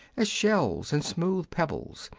as shells, and smooth pebbles,